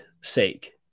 sake